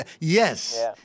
Yes